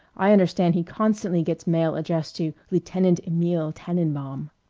i understand he constantly gets mail addressed to lieutenant emile tannenbaum.